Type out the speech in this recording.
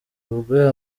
rugwe